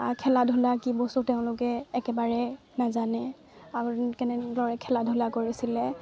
বা খেলা ধূলা কি বস্তু তেওঁলোকে একেবাৰেই নাজানে আৰু কেনেদৰে খেলা ধূলা কৰিছিলে